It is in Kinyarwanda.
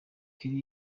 kelly